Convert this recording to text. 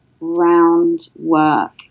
round-work